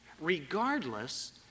regardless